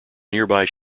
nearby